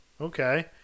Okay